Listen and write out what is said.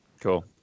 Cool